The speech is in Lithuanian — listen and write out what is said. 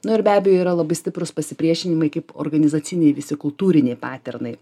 nu ir be abejo yra labai stiprus pasipriešinimai kaip organizaciniai visi kultūriniai paternai